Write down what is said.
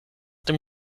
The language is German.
dem